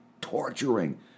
torturing